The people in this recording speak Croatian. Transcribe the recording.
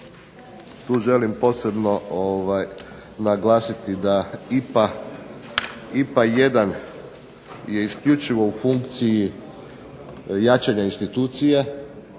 tu želim posebno naglasiti da IPA1 je isključivo u funkciji jačanja institucija,